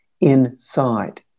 inside